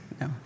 No